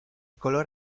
color